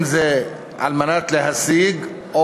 אם על מנת להשיג,